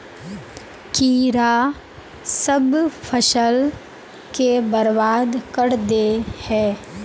कीड़ा सब फ़सल के बर्बाद कर दे है?